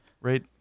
right